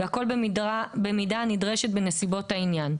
והכול במידה הנדרשת בנסיבות העניין: